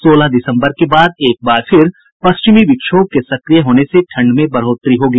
सोलह दिसम्बर के बाद से एक फिर पश्चिमी विक्षोभ के सक्रिय होने से ठंड में बढ़ोतरी होगी